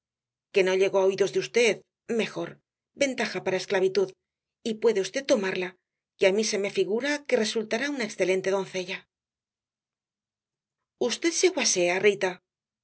que no llegó á oídos de v mejor ventaja para esclavitud y puede v tomarla que á mí se me figura que resultará una excelente doncella v se guasea rita